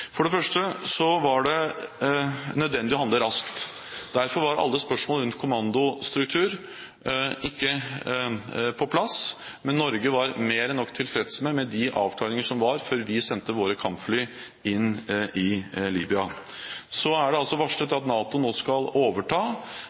første var det nødvendig å handle raskt. Derfor var ikke alle spørsmål rundt kommandostruktur på plass, men Norge var mer enn nok tilfreds med de avklaringer som var, før vi sendte våre kampfly inn i Libya. Så er det varslet at NATO nå skal overta.